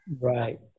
Right